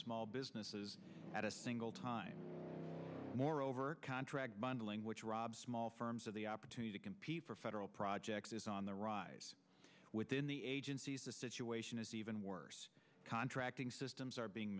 small businesses at a single time moreover mundelein which robs small firms of the opportunity to compete for federal projects is on the rise within the agencies the situation is even worse contracting systems are being